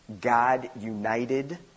God-united